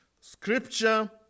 scripture